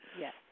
Yes